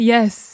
Yes